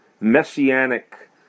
Messianic